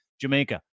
Jamaica